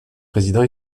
président